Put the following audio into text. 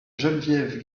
geneviève